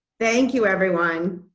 thank you, everyone.